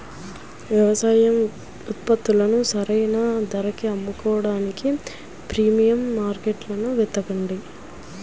వ్యవసాయ ఉత్పత్తులను సరైన ధరకి అమ్ముకోడానికి ప్రీమియం మార్కెట్లను వెతకండి